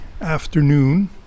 afternoon